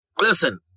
Listen